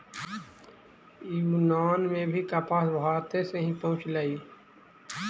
यूनान में भी कपास भारते से ही पहुँचलई